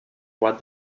roi